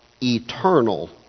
eternal